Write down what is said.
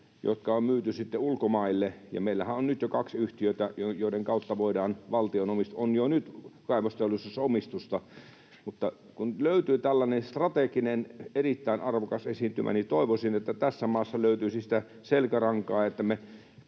jotka on sitten myyty ulkomaille. Ja meillähän on nyt jo kaksi yhtiötä, joiden kautta valtiolla on jo nyt kaivosteollisuudessa omistusta. Mutta kun löytyy tällainen strateginen, erittäin arvokas esiintymä, niin toivoisin, että tässä maassa löytyisi sitä selkärankaa, että me